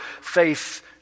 faith